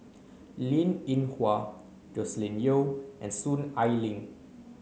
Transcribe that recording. Linn In Hua Joscelin Yeo and Soon Ai Ling